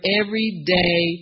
everyday